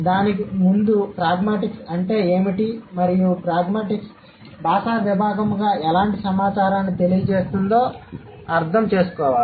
దానికి ముందు ప్రాగ్మాటిక్స్ అంటే ఏమిటి మరియు ప్రాగ్మాటిక్స్ భాషా విభాగముగా ఎలాంటి సమాచారాన్ని తెలియజేస్తుందో అర్థం చేసుకోవాలి